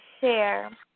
share